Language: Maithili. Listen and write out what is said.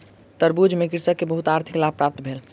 तरबूज सॅ कृषक के बहुत आर्थिक लाभ प्राप्त भेल